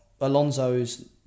Alonso's